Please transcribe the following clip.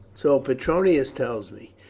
so petronius tells me,